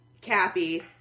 Cappy